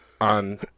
on